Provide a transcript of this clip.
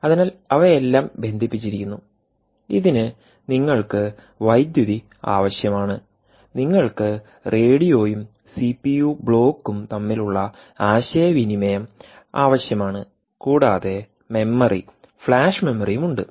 അതിനാൽ അവയെല്ലാം ബന്ധിപ്പിച്ചിരിക്കുന്നു ഇതിന് നിങ്ങൾക്ക് വൈദ്യുതി ആവശ്യമാണ് നിങ്ങൾക്ക് റേഡിയോയുംസിപിയു ബ്ലോക്കും തമ്മിലുള്ള ആശയവിനിമയം ആവശ്യമാണ് കൂടാതെ മെമ്മറി ഫ്ലാഷ് മെമ്മറി യും ഉണ്ട്